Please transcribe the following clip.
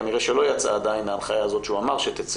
כנראה שלא יצאה עדיין ההנחיה הזאת שהוא אמר שתצא.